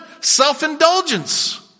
self-indulgence